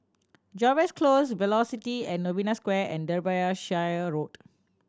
Jervois Close Velocity at Novena Square and Derbyshire Road